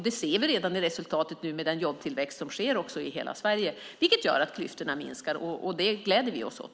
Det ser vi redan i den jobbtillväxt som sker i hela Sverige, vilket gör att klyftorna minskar. Det gläder vi oss åt.